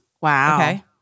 Wow